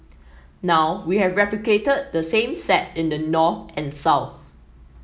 now we have replicated the same set in the north and south